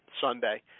Sunday